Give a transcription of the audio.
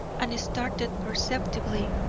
and started perceptibly.